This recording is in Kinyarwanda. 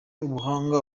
ubuhanga